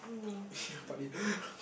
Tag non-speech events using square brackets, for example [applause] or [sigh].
[breath] you're funny [laughs]